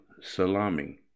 Salami